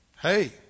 Hey